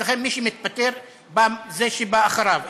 אצלכם, מי שמתפטר, בא זה שבא אחריו.